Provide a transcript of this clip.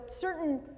certain